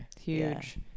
huge